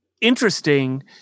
interesting